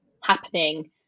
happening